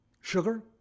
sugar